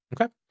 okay